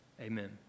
Amen